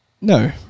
No